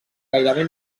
gairebé